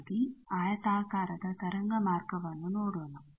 ಹಾಗಾಗಿ ಆಯತಾಕಾರದ ತರಂಗ ಮಾರ್ಗವನ್ನು ನೋಡೋಣ